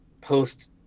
post